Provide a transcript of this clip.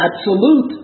absolute